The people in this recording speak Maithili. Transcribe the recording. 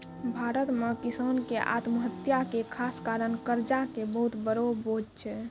भारत मॅ किसान के आत्महत्या के खास कारण कर्जा के बहुत बड़ो बोझ छै